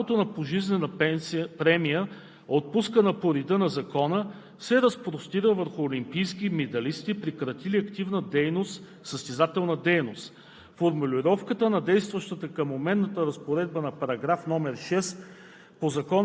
С изменение на Закона за физическото възпитание и спорта от 2008 г. правото на пожизнена месечна премия, отпускана по реда на Закона, се разпростира върху олимпийските медалисти, прекратили активна състезателна дейност.